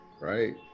right